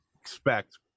expect